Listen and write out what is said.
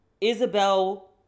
isabel